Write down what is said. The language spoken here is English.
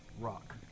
rock